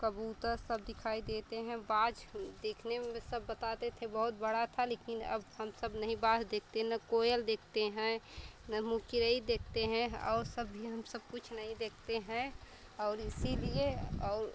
कबूतर सब दिखाई देते हैं बाज़ देखने में सब बताते थे बहउत बड़ा था लेकिन अब हम सब नहीं बाज़ देखते ना कोयल देखते हैं ना मुँह चिरई देखते हैं और सब भी हम सब कुछ नहीं देखते हैं और इसीलिए और